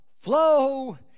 flow